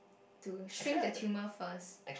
to shrink the tumour first